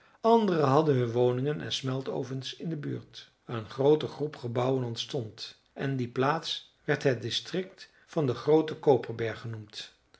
andere hadden hun woningen en smeltovens in de buurt een groote groep gebouwen ontstond en die plaats werd het district van den grooten koperberg genoemd